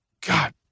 God